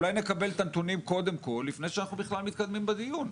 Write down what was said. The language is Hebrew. אולי נקבל את הנתונים קודם כל לפני שאנחנו בכלל מתקדמים בדיון,